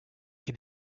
can